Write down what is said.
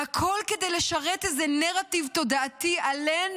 והכול כדי לשרת איזה נרטיב תודעתי עלינו.